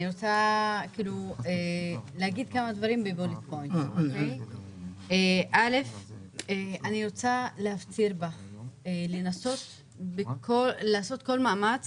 אני רוצה להגיד כמה דברים: אני רוצה להפציר בך לעשות כל מאמץ